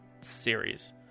series